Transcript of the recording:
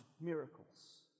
miracles